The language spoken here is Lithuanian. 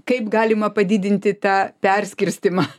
kaip galima padidinti tą perskirstymą